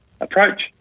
approach